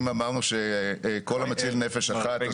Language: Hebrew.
אם אמרנו שכל המציל נפש אחת,